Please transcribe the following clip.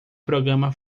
programa